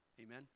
Amen